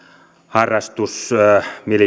harrastusmiljöön